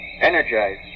Energize